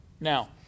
Now